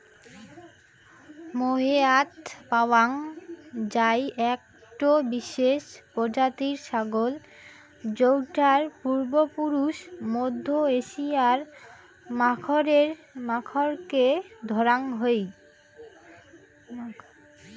মোহেয়াৎ পাওয়াং যাই একটো বিশেষ প্রজাতির ছাগল যৌটার পূর্বপুরুষ মধ্য এশিয়ার মাখরকে ধরাং হই